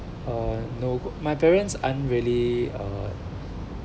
uh no my parents aren't really uh